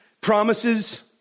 Promises